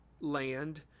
land